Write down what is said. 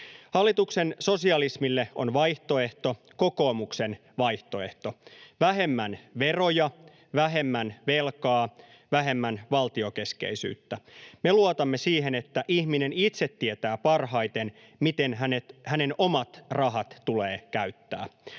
Hallituksen sosialismille on vaihtoehto, kokoomuksen vaihtoehto: vähemmän veroja, vähemmän velkaa, vähemmän valtiokeskeisyyttä. Me luotamme siihen, että ihminen itse tietää parhaiten, miten hänen omat rahansa tulee käyttää.